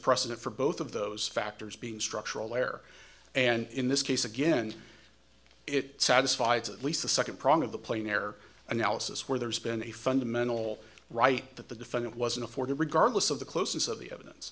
precedent for both of those factors being structural there and in this case again it satisfied at least the second prong of the plane air analysis where there's been a fundamental right that the defendant wasn't afforded regardless of the closeness of the evidence